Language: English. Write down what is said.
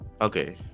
okay